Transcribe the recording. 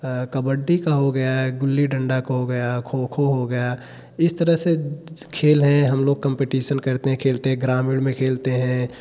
कबड्डी का हो गया है गुल्ली डंडा का हो गया खो खो हो गया इस तरह से खेल हैं हम लोग कंपटीसन करते हैं खेलते हैं ग्रामीण में खेलते हैं